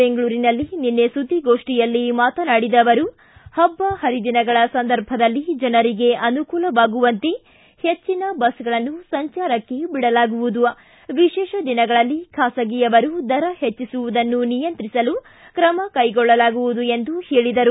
ಬೆಂಗಳೂರಿನಲ್ಲಿ ನಿನ್ನೆ ಸುದ್ದಿಗೋಷ್ಠಿಯಲ್ಲಿ ಮಾತನಾಡಿದ ಅವರು ಹಬ್ಬ ಹರಿದಿನಗಳ ಸಂದರ್ಭದಲ್ಲಿ ಜನರಿಗೆ ಅನುಕೂಲವಾಗುವಂತೆ ಹೆಚ್ಚಿನ ಬಸ್ಗಳನ್ನು ಸಂಚಾರಕ್ಕೆ ಬಿಡಲಾಗುವುದು ವಿಶೇಷ ದಿನಗಳಲ್ಲಿ ಖಾಸಗಿಯವರು ದರ ಹೆಚ್ಚಿಸುವುದನ್ನು ನಿಯಂತ್ರಿಸಲು ಕ್ರಮ ಕೈಗೊಳ್ಳಲಾಗುವುದು ಎಂದರು